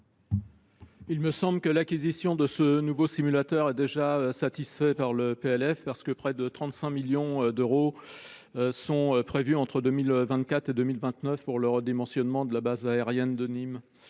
Il me semble que l’acquisition de ce nouveau simulateur est déjà satisfaite par le PLF. Près de 35 millions d’euros sont prévus entre 2024 et 2029 pour le redimensionnement de la base aérienne de Nîmes